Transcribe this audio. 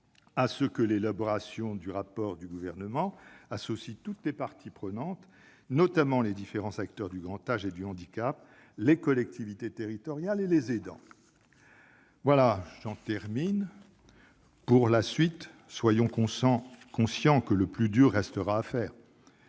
à ce que l'élaboration du rapport du Gouvernement associe toutes les parties prenantes, notamment les différents acteurs du grand âge et du handicap, les collectivités territoriales et les aidants. Enfin, soyons conscients que le plus dur reste à faire.